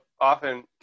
often